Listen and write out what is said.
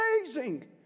amazing